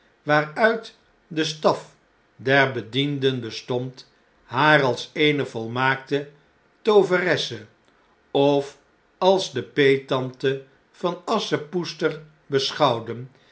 waaruit de staf der bedienden bestond haar als eene volmaakte tooveresse of als de peettante van asschepoetster beschouwden